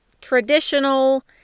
traditional